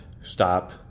stop